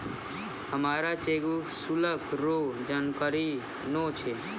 हमरा चेकबुक शुल्क रो जानकारी नै छै